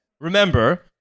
Remember